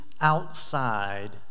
outside